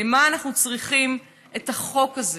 למה אנחנו צריכים את החוק הזה?